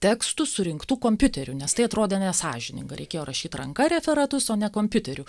tekstų surinktų kompiuteriu nes tai atrodė nesąžininga reikėjo rašyt ranka referatus o ne kompiuteriu